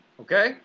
Okay